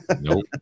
Nope